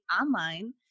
online